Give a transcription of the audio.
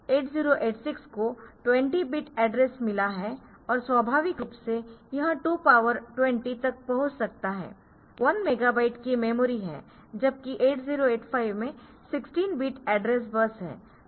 8086 को 20 bit address मिला है और स्वाभाविक रूप से यह 220 तक पहुंच सकता है 1 मेगाबाइट की मेमोरी है जबकि 8085 में 16 बिट एड्रेस बस है